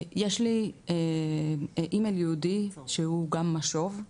יש לי אימייל ייעודי שהוא גם משוב,